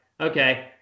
okay